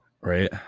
right